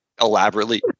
elaborately